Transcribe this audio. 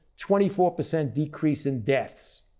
twenty four percent decrease in deaths.